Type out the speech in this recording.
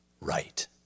right